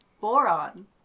Boron